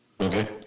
Okay